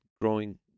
growing